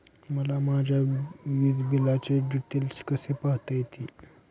मला माझ्या वीजबिलाचे डिटेल्स कसे पाहता येतील?